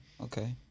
okay